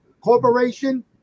Corporation